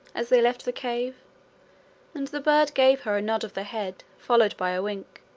as they left the cave and the bird gave her a nod of the head, followed by a wink,